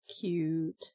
cute